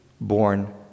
born